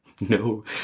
No